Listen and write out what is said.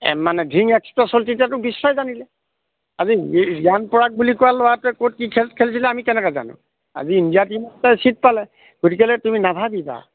মানে ধিং এক্সপ্ৰেছ হ'ল যেতিয়াটো বিশ্বই জানিলে ৰিয়ান পৰাগ বুলি কোৱা ল'ৰাটোৱে ক'ত কি খেল খেলিছিলে আমি কেনেকে জানো আজি ইণ্ডিয়া টীমতে চিট পালে গতিকেলে তুমি নাভাবিবা